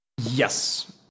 Yes